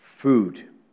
food